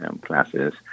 classes